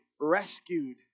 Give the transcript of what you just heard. rescued